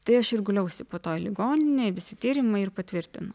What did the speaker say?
tai aš ir guliausi po to į ligoninę visi tyrimai ir patvirtino